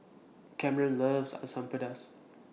Cameron loves Asam Pedas